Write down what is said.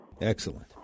excellent